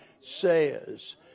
says